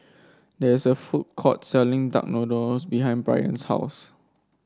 there is a food court selling Duck Noodles behind Bryant's house